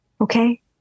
Okay